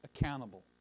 accountable